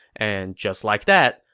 and just like that,